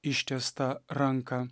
ištiestą ranką